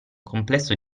complesso